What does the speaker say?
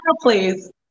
please